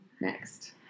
next